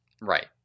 right